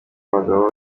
abagabo